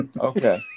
Okay